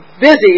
busy